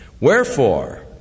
Wherefore